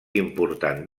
important